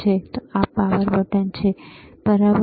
તો આ power button છે બરાબર